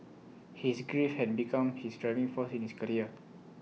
his grief had become his driving force in his career